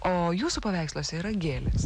o jūsų paveiksluose yra gėlės